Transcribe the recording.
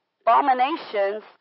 abominations